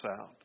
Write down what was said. out